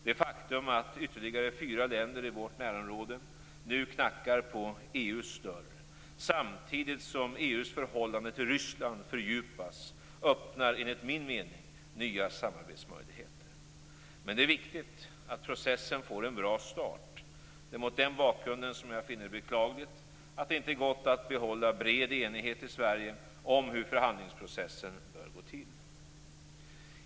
Det faktum att ytterligare fyra länder i vårt närområde nu knackar på EU:s dörr, samtidigt som EU:s förhållande till Ryssland fördjupas, öppnar, enligt min mening, nya samarbetsmöjligheter. Men det är viktigt att processen får en bra start. Det är mot den bakgrunden jag finner det beklagligt att det inte har gått att behålla bred enighet i Sverige om hur förhandlingsprocessen bör gå till.